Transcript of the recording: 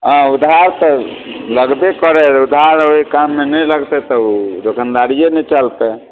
हँ उधार तऽ लगबे करै हइ उधार ओहि काममे नहि लगतै तऽ ओ दोकनदारिए नहि चलतै